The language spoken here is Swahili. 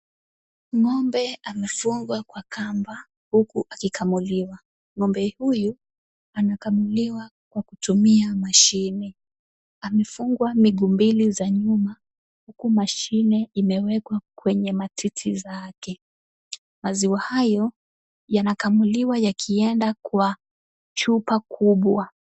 Ng'ombe amefungwa kwa kamba huku akikamuliwa. Ng'ombe huyu anakamuliwa kwa kutumia mashine. Amefungwa miguu mbili za nyuma, huku mashine zimewekwa kwenye matiti zake. Maziwa hayo yanakamuliwa yakienda kwa chupa kubwa.